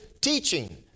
teaching